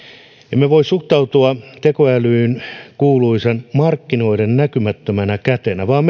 emme voi suhtautua tekoälyyn kuuluisana markkinoiden näkymättömänä kätenä vaan